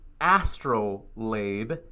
astrolabe